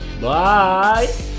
Bye